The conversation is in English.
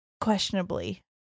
questionably